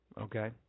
Okay